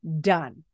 done